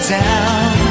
down